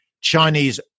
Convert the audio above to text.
Chinese